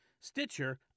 Stitcher